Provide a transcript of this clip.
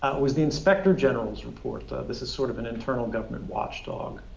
was the inspector general's report. this is sort of an internal government watchdog